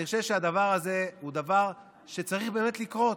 אני חושב שהדבר הזה הוא דבר שצריך באמת לקרות.